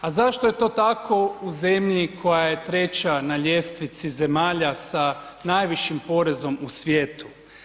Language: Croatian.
A zašto je to tako u zemlji koja je treća na ljestvici zemalja sa najvišim porezom u svijetu?